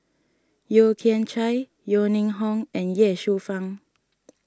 Yeo Kian Chai Yeo Ning Hong and Ye Shufang